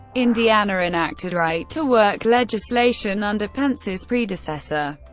indiana enacted right-to-work legislation under pence's predecessor,